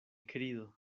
querido